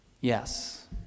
Yes